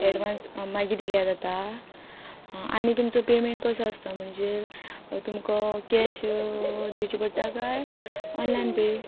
advance मागीर दिल्या जाता आनी तुमचो पेमेंट कसो आसता म्हणजे तुमकां कॅश दिवचे पडटा काय ऑनलायन पे